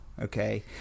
Okay